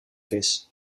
vis